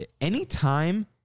Anytime